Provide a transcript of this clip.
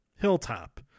hilltop